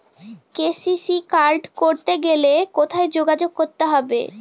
KCC card করতে হলে কোথায় যোগাযোগ করতে হবে?